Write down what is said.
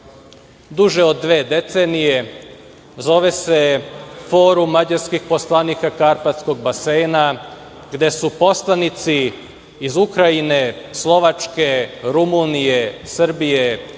duže od dve decenije. Zove se Forum mađarskih poslanika Karpatskog basena gde su poslanici iz Ukrajine, Slovačke, Rumunije, Srbije,